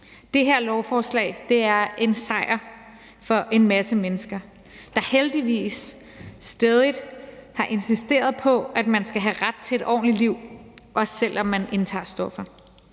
Det her lovforslag er en sejr for en masse mennesker, der heldigvis stædigt har insisteret på, at man skal have ret til et ordentligt liv, også selv om man indtager stoffer.